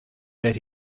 that